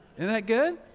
and that good?